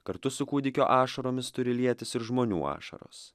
kartu su kūdikio ašaromis turi lietis ir žmonių ašaros